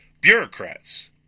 bureaucrats